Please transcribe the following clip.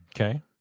Okay